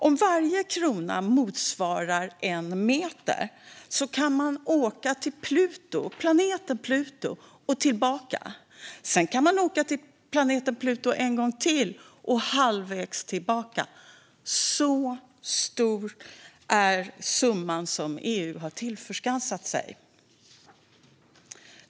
Om varje krona motsvarar 1 meter kan man åka till planeten Pluto, tillbaka från planeten Pluto, till Planeten Pluto igen och sedan halvvägs tillbaka. Så stor är summan som EU har tillskansat sig.